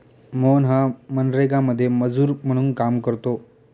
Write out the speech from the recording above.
मोहन हा मनरेगामध्ये मजूर म्हणून काम करतो